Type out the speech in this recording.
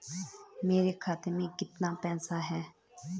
मेरे खाते में कितना पैसा है?